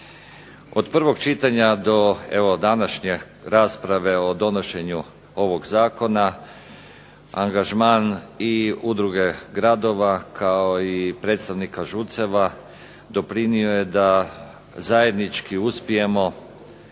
Od prvog čitanja do evo današnje rasprave o donošenju ovog zakona angažman i udruge gradova kao i predstavnike ŽUC-eva doprinio je da zajednički uspijemo